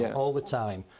yeah all the time.